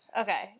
Okay